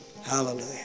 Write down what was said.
Hallelujah